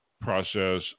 process